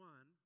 One